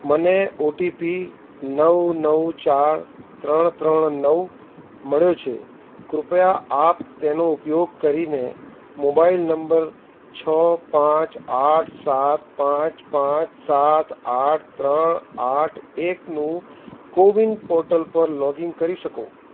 મને ઓટીપી નવ નવ ચાર ત્રણ ત્રણ નવ મળ્યો છે કૃપયા આપ તેનો ઉપયોગ કરીને મોબાઈલ નંબર છ પાંચ આઠ સાત પાંચ પાંચ સાત આઠ ત્રણ આઠ એકનું કોવિન પોર્ટલ પર લોગઇન કરી શકો